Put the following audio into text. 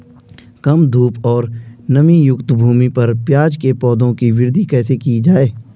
कम धूप और नमीयुक्त भूमि पर प्याज़ के पौधों की वृद्धि कैसे की जाए?